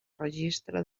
registre